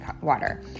water